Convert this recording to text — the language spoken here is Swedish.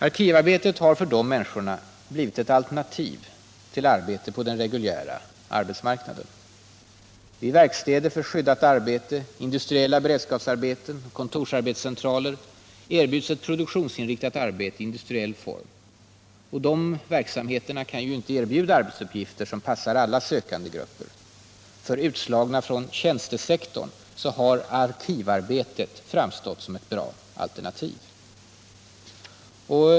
Arkivarbetet har för de människorna blivit ett alternativ till arbete på den reguljära arbetsmarknaden. Vid verkstäder för skyddat arbete, industriella beredskapsarbeten och kontorsarbetscentraler erbjuds ett produktionsinriktat arbete i industriell form, och de verksamheterna kan inte erbjuda arbetsuppgifter som passar alla sökandegrupper. För utslagna från tjänstesektorn har arkivarbetet framstått som ett bra alternativ.